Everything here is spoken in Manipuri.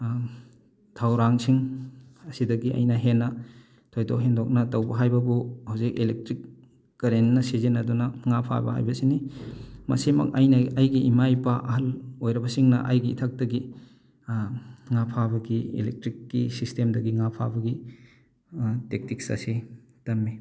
ꯊꯧꯔꯥꯡꯁꯤꯡ ꯑꯁꯤꯗꯒꯤ ꯑꯩꯅ ꯍꯦꯟꯅ ꯊꯣꯏꯗꯣꯛ ꯍꯦꯟꯗꯣꯛꯅ ꯇꯧꯕ ꯍꯥꯏꯕꯕꯨ ꯍꯧꯖꯤꯛ ꯑꯦꯂꯦꯛꯇ꯭ꯔꯤꯛ ꯀꯔꯔꯦꯟꯅ ꯁꯤꯖꯤꯟꯅꯗꯨꯅ ꯉꯥ ꯐꯥꯕ ꯍꯥꯏꯕꯁꯤꯅꯤ ꯃꯁꯤꯃꯛ ꯑꯩꯅ ꯑꯩꯒꯤ ꯏꯃꯥ ꯏꯄꯥ ꯑꯍꯜ ꯑꯣꯏꯔꯕꯁꯤꯡꯅ ꯑꯩꯒꯤ ꯏꯊꯛꯇꯒꯤ ꯉꯥ ꯐꯥꯕꯒꯤ ꯑꯦꯂꯦꯛꯇ꯭ꯔꯤꯛꯀꯤ ꯁꯤꯁꯇꯦꯝꯗꯒꯤ ꯉꯥ ꯐꯥꯕꯒꯤ ꯇꯦꯛꯇꯤꯛꯁ ꯑꯁꯤ ꯇꯝꯃꯤ